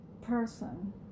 person